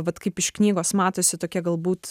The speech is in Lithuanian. vat kaip iš knygos matosi tokia galbūt